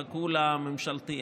חכו לממשלתית.